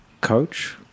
coach